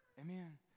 amen